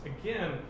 Again